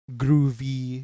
groovy